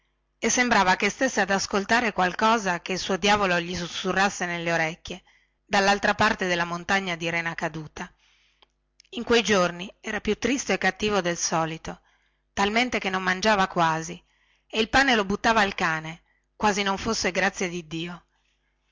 e sembrava che stesse ad ascoltare qualche cosa che il suo diavolo gli susurrava negli orecchi dallaltra parte della montagna di rena caduta in quei giorni era più tristo e cattivo del solito talmente che non mangiava quasi e il pane lo buttava al cane come se non fosse grazia di dio